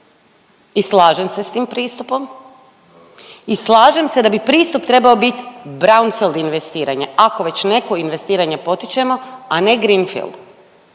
i slažem se sa tim pristupom i slažem se da bi pristup trebao biti brandfield investiranje ako već neko investiranje potičemo, a ne greenfield